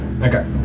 Okay